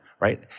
right